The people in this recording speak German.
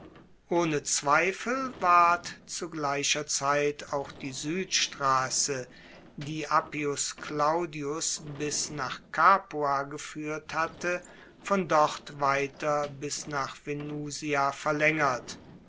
ohne zweifel ward zu gleicher zeit auch die suedstrasse die appius claudius bis nach capua gefuehrt hatte von dort weiter bis nach venusia verlaengert